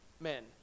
men